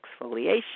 exfoliation